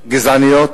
גזעניות,